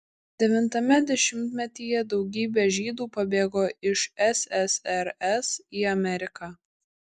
devintame dešimtmetyje daugybė žydų pabėgo iš ssrs į ameriką